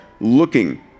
looking